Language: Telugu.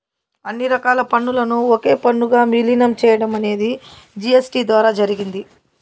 అన్ని రకాల పన్నులను ఒకే పన్నుగా విలీనం చేయడం అనేది జీ.ఎస్.టీ ద్వారా జరిగింది